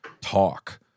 talk